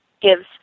gives